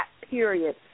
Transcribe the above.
period